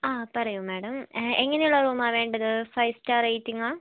ആ പറയൂ മേഡം എങ്ങനെയുള്ള റൂം ആണ് വേണ്ടത് ഫൈവ് സ്റ്റാർ റേറ്റിങ്ങ് ആണോ